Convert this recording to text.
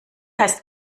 heißt